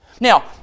Now